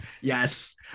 yes